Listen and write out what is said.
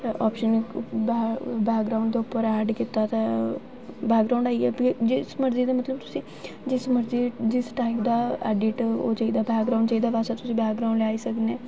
ते option background दे उप्पर ऐड कीता ते बैकग्राउंड आई गेआ फ्ही जिस मर्जी दे मतलब तुसें ई जिस मर्जी जिस टाइम दा ऐडिट ओह् चाहिदा ओह् बैकग्राउंड चाहिदा तां तुस बैकग्राउंड लेआई सकने